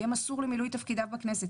יהיה מסור למילוי תפקידיו בכנסת,